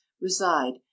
reside